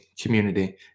community